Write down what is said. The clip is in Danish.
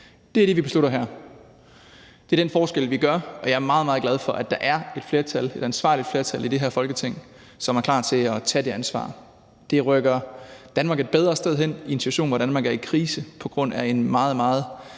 Det er det, vi beslutter her. Det er den forskel, vi gør, og jeg er meget, meget glad for, at der er et ansvarligt flertal i det her Folketing, som er klar til at tage det ansvar. Det rykker Danmark et bedre sted hen i en situation, hvor Danmark er i krise på grund af en meget, meget